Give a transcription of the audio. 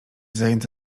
zajęte